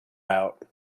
out